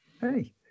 hey